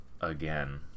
again